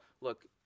look